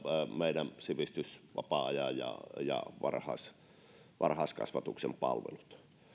meidän sivistys vapaa ajan ja ja varhaiskasvatuksen palvelut